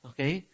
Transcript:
Okay